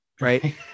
right